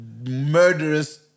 murderous